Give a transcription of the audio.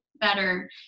better